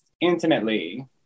intimately